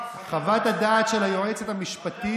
חוות הדעת של היועצת המשפטית,